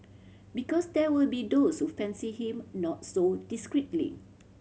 because there will be those who fancy him not so discreetly